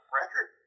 record